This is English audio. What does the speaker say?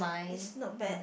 it's not bad